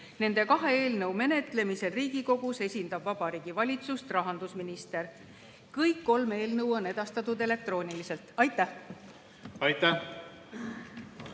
Nende kahe eelnõu menetlemisel Riigikogus esindab Vabariigi Valitsust rahandusminister. Kõik kolm eelnõu on edastatud elektrooniliselt. Aitäh! Austatud